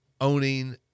owning